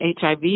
HIV